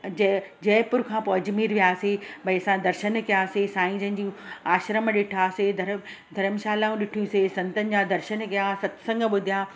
जय जयपुर खां पोइ अजमेर वियासीं भई असां दर्शनु कयासीं साईं जिनि जी आश्रम ॾिठीसीं धर्म धर्मशालाऊं ॾिठियूंसीं संतनि जा दर्शनु कया सतसंगु ॿुधिया